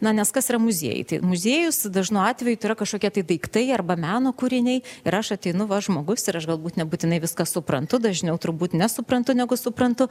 na nes kas yra muziejai tai muziejus dažnu atveju tai yra kažkokie tai daiktai arba meno kūriniai ir aš ateinu va žmogus ir aš galbūt nebūtinai viską suprantu dažniau turbūt nesuprantu negu suprantu